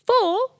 four